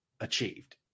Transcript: achieved